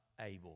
able